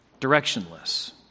directionless